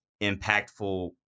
impactful